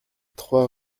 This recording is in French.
trois